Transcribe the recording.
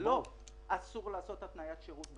אסור לעשות התניית שירות.